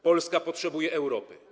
Polska potrzebuje Europy.